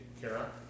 Kara